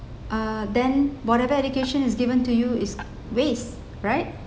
uh then whatever education is given to you is waste right